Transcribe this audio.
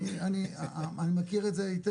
אני מכיר את זה היטב,